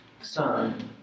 son